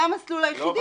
זה המסלול היחיד,